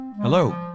Hello